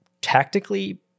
tactically